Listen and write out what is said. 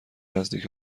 نزدیک